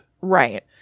Right